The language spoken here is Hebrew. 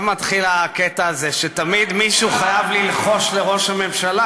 עכשיו מתחיל הקטע הזה שתמיד מישהו חייב ללחוש לראש הממשלה,